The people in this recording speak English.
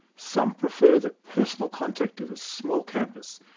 some prefer the personal contact of a small campus,